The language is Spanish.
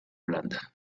holanda